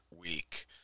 week